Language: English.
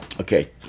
okay